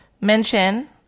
mention